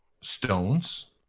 Stones